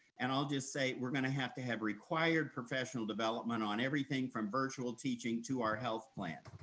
and i'll just say we're gonna have to have required professional development on everything from virtual teaching to our health plan.